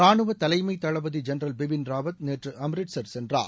ரானுவ தலைமை தளபதி ஜென்ரல் பிபின் ராவத் நேற்று அம்ரிட்சர் சென்றார்